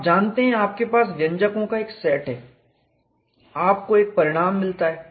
आप जानते हैं आपके पास व्यंजकों का एक सेट है आपको एक परिणाम मिलता है